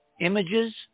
images